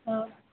हँ